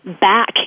back